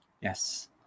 Yes